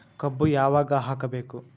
ಕಬ್ಬು ಯಾವಾಗ ಹಾಕಬೇಕು?